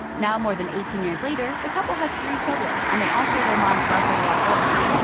now, more than eighteen years later, the couple has three children and they all share their mom's love for the outdoors.